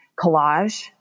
collage